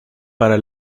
para